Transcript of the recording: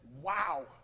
Wow